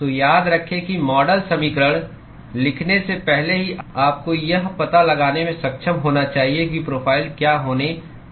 तो याद रखें कि मॉडल समीकरण लिखने से पहले ही आपको यह पता लगाने में सक्षम होना चाहिए कि प्रोफ़ाइल क्या होने जा रही है